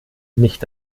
nicht